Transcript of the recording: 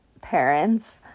parents